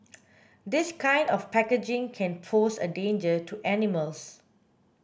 this kind of packaging can pose a danger to animals